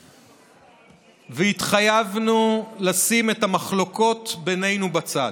כולנו והתחייבנו לשים את המחלוקות בינינו בצד.